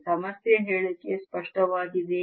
ಸಮಸ್ಯೆ ಹೇಳಿಕೆ ಸ್ಪಷ್ಟವಾಗಿದೆಯೇ